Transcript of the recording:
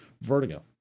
Vertigo